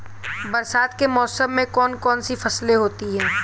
बरसात के मौसम में कौन कौन सी फसलें होती हैं?